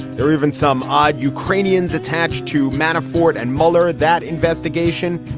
there are even some odd ukrainians attached to manafort and mueller that investigation.